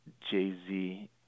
Jay-Z